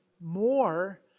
more